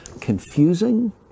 confusing